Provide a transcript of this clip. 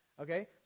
okay